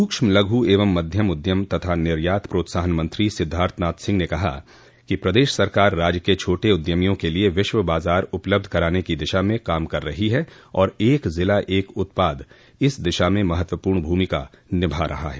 सूक्ष्म लघू एवं मध्यम उद्यम तथा निर्यात प्रोत्साहन मंत्री सिद्वार्थ नाथ सिंह ने कहा कि प्रदेश सरकार राज्य के छोटे उद्यमियों के लिये विश्व बाजार उपलब्ध कराने की दिशा में काम कर रही है और एक ज़िला एक उत्पाद इस दिशा में महत्वपूर्ण भूमिका निभा रहा है